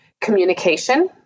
Communication